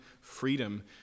freedom